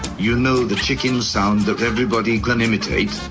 you know the chicken sound that everybody can imitate?